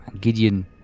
Gideon